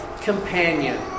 companion